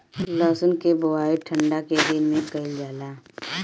लहसुन के बोआई ठंढा के दिन में कइल जाला